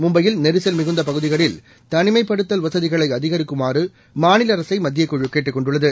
மும்பையில் நெரிசல் மிகுந்தபகுதிகளில் தனிமைப்படுத்தல் வசதிகளைஅதிகரிக்குமாறுமாநிலஅரசை மத்தியக்குழுகேட்டுக் கொண்டுள்ளது